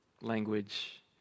language